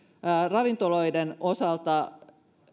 ravintoloiden osalta